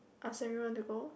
ask everyone to go